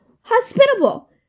hospitable